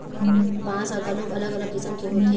बांस ह घलोक अलग अलग किसम के होथे